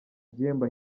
igihembo